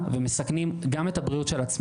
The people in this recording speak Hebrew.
גם בחברה החרדית.